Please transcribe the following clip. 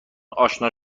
آشنا